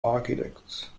architects